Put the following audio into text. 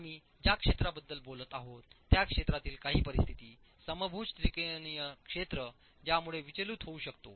आम्ही ज्या क्षेत्राबद्दल बोलत आहोत त्या क्षेत्रातील काही परिस्थिती समभुज त्रिकोणीय क्षेत्र ज्यामुळे विचलित होऊ शकतो